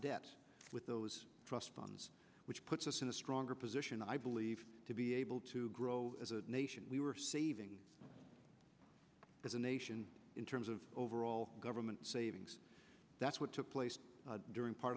debt with those trust funds which puts us in a stronger position i believe to be able to grow as a nation we were saving as a nation in terms of overall government savings that's what took place during part